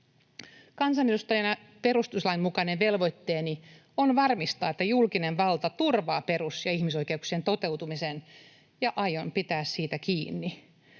Kansanedustajana perustuslain mukainen velvoitteeni on varmistaa, että julkinen valta turvaa perus- ja ihmisoikeuksien toteutumisen, ja aion pitää siitä kiinni.